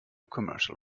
commercial